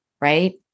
Right